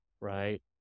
right